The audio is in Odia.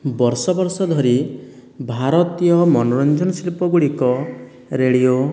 ବର୍ଷ ବର୍ଷ ଧରି ଭାରତୀୟ ମନୋରଞ୍ଜନ ଶିଳ୍ପଗୁଡ଼ିକ ରେଡ଼ିଓ